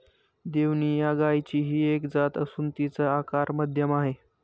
देवणी या गायचीही एक जात असून तिचा आकार मध्यम आहे